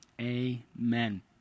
Amen